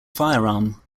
firearm